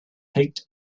picked